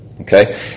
Okay